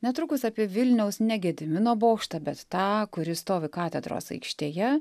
netrukus apie vilniaus ne gedimino bokštą bet tą kuris stovi katedros aikštėje